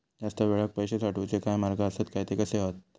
जास्त वेळाक पैशे साठवूचे काय मार्ग आसत काय ते कसे हत?